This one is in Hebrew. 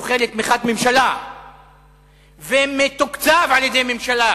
שזוכה לתמיכת ממשלה ומתוקצב על-ידי ממשלה,